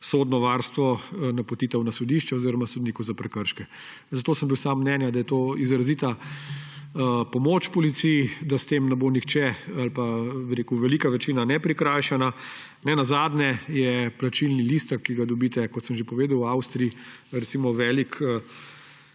sodno varstvo, napotitev na sodišče oziroma k sodniku za prekrške. Zato sem bil sam mnenja, da je to izrazita pomoč Policiji, da s tem ne bo nihče ali pa velika večina prikrajšan. Plačilni listek, ki ga dobite, kot sem že povedal, v Avstriji, je recimo velik